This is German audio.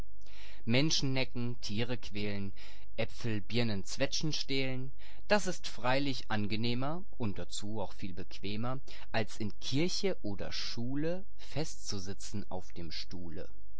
menschen necken tiere quälen äpfel birnen zwetschgen stehlen das ist freilich angenehmer und dazu auch viel bequemer als in kirche oder schule festzusitzen auf dem stuhle